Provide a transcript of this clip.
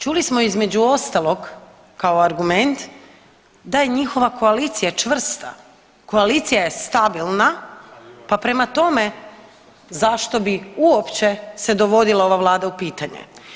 Čuli smo između ostalog kao argument da je njihova koalicija čvrsta, koalicija je stabilna, pa prema tome zašto bi uopće se dovodila ova vlada u pitanje.